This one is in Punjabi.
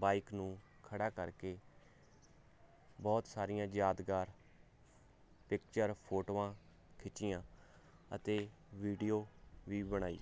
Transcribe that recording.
ਬਾਈਕ ਨੂੰ ਖੜ੍ਹਾ ਕਰਕੇ ਬਹੁਤ ਸਾਰੀਆਂ ਯਾਦਗਾਰ ਪਿਕਚਰ ਫੋਟੋਆਂ ਖਿੱਚੀਆਂ ਅਤੇ ਵੀਡੀਓ ਵੀ ਬਣਾਈ